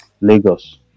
lagos